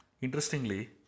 Interestingly